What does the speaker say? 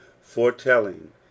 foretelling